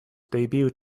debut